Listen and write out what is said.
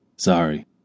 Sorry